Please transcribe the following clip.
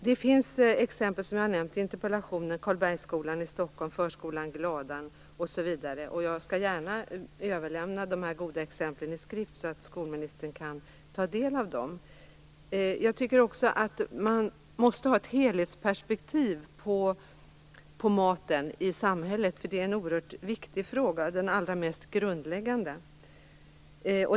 Jag nämnde några exempel i interpellationen: Jag skall gärna överlämna dessa goda exempel i skrift så att skolministern kan ta del av dem. Man måste ha ett helhetsperspektiv på maten i samhället. Det är en oerhört viktig fråga som kanske är den allra mest grundläggande.